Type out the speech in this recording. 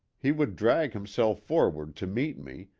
he would drag himself forward to meet me,